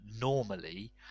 normally